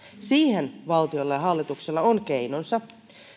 siihen valtiolla ja hallituksella on keinonsa